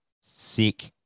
sick